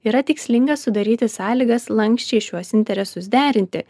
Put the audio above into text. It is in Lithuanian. yra tikslinga sudaryti sąlygas lanksčiai šiuos interesus derinti